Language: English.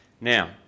Now